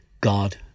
God